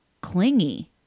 clingy